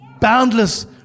boundless